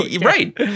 Right